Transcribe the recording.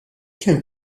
kemm